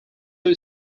two